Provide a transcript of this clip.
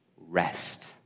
rest